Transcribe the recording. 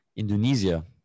Indonesia